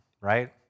right